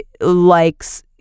likes